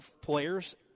players